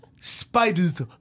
spider's